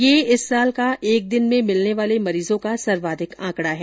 ये इस साल का एक दिन में भिलने वाले मरीजों का सर्वाधिक आंकड़ा है